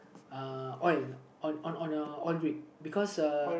a oil on on one a oil because uh